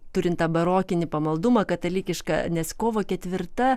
turint tą barokinį pamaldumą katalikišką nes kovo ketvirta